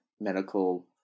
medical